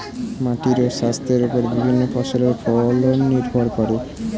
মাটির স্বাস্থ্যের ওপর বিভিন্ন ফসলের ফলন নির্ভর করে